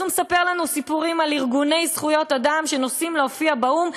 אז הוא מספר לנו סיפורים על ארגוני זכויות אדם שנוסעים להופיע באו"ם,